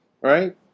right